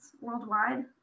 worldwide